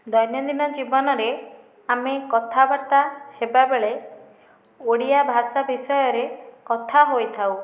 ଦୈନନ୍ଦିନ ଜୀବନରେ ଆମେ କଥାବାର୍ତ୍ତା ହେବାବେଳେ ଓଡ଼ିଆ ଭାଷା ବିଷୟରେ କଥା ହୋଇଥାଉ